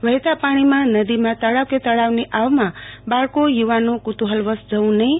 વહેતા પાણીમાં નદીમાં તળાવો કે તળાવની આવમાં બાળકો યુવાનો કુતુહુલવસ જવું નહીં